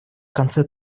конце